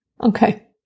Okay